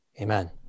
Amen